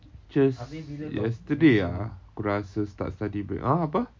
just yesterday ah aku rasa start study break